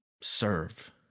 serve